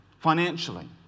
financially